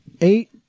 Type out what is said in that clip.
eight